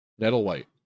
Nettlewhite